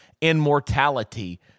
immortality